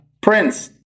Prince